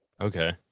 Okay